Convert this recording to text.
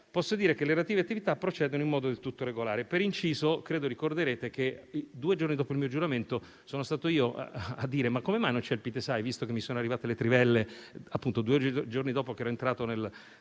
posso dire che le relative attività procedono in modo del tutto regolare. Per inciso, credo ricorderete che due giorni dopo il mio giuramento sono stato io a chiedere come mai non ci fosse il Pitesai, visto che erano arrivate le trivelle proprio due giorni dopo che io ero entrato nel